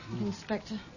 Inspector